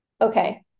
Okay